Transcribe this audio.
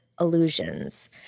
illusions